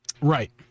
Right